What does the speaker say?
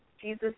Jesus